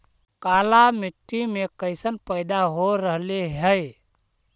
काला मिट्टी मे कैसन पैदा हो रहले है?